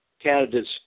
candidates